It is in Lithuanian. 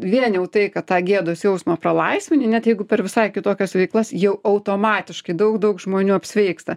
vien jau tai kad tą gėdos jausmą pralaisvini net jeigu per visai kitokias veiklas jau automatiškai daug daug žmonių apsveiksta